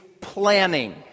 planning